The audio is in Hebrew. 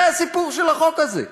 זה הסיפור של החוק הזה,